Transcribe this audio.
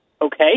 okay